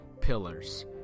pillars